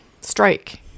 Strike